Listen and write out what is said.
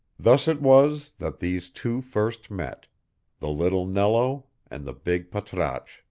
thus it was that these two first met the little nello and the big patrasche.